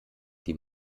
die